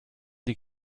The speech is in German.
die